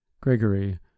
Gregory